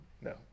No